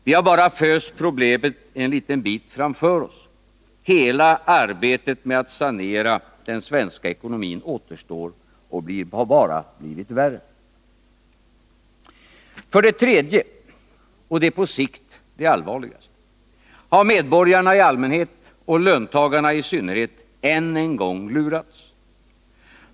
Vi har bara föst problemen en liten bit framför oss. Hela arbetet med att sanera den svenska ekonomin återstår och har bara blivit värre. För det tredje — och det är på sikt det allvarligaste — har medborgarna i allmänhet och löntagarna i synnerhet än en gång lurats.